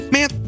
Man